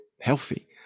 healthy